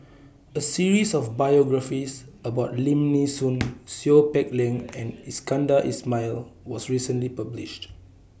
A series of biographies about Lim Nee Soon Seow Peck Leng and Iskandar Ismail was recently published